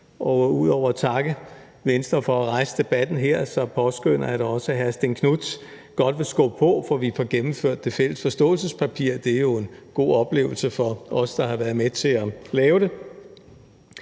og ud over at takke Venstre for at rejse debatten her, påskønner jeg da også, at hr. Stén Knuth godt vil skubbe på for, at vi får gennemført det fælles forståelsespapir. Det er jo en god oplevelse for os, der har været med til at lave det.